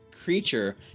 creature